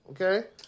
okay